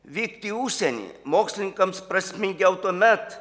vykti į užsienį mokslininkams prasmingiau tuomet